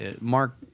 Mark